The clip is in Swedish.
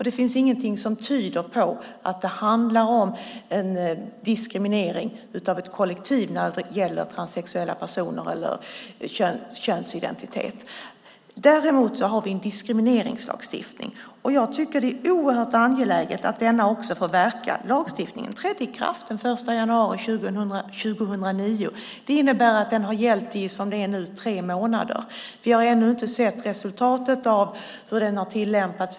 Det finns ingenting som tyder på att det handlar om diskriminering av ett kollektiv när det gäller transsexuella personer eller könsidentitet. Däremot har vi en diskrimineringslagstiftning. Jag tycker att det är oerhört angeläget att denna också får verka. Lagstiftningen trädde i kraft den 1 januari 2009. Det innebär att den nu har gällt i tre månader. Vi har ännu inte sett resultatet av hur den har tillämpats.